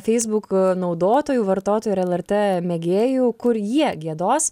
feisbuk naudotojų vartotojų ir lrt mėgėjų kur jie giedos